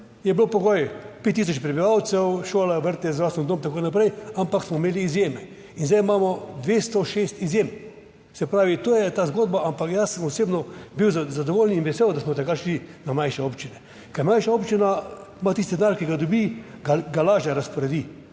Je bil pogoj 5000 prebivalcev, šola, vrtec, zdravstveni dom in tako naprej, ampak smo imeli izjeme. In zdaj imamo 206 izjem. Se pravi to je ta zgodba ampak jaz sem osebno bil zadovoljen in vesel, da smo takrat šli na manjše občine, ker mlajša občina ima tisti denar, ki ga dobi ga lažje razporedi,